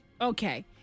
okay